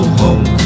home